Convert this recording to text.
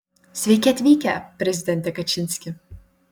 sveiki atvykę prezidente kačinski